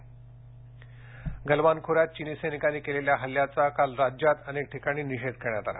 निषेध गलवान खोऱ्यात चीनी सैनिकांनी केलेल्या हल्ल्याचा काल राज्यात अनेक ठिकाणी निषेध करण्यात आला